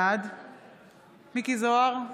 בעד מכלוף מיקי זוהר,